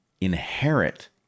inherit